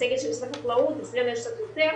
המצגת של משרד החקלאות, אצלנו יש קצת יותר.